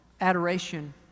adoration